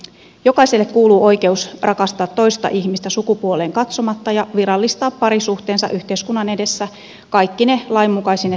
jokaiselle kuuluu oikeus rakastaa toista ihmistä sukupuoleen katsomatta ja virallistaa parisuhteensa yhteiskunnan edessä kaikkine lainmukaisine seurauksineen